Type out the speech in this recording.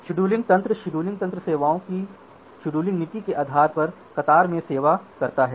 scheduling क्रियाविधि scheduling तंत्र सेवाओं को शेड्यूलिंग नीति के आधार पर कतार में सेवा करता है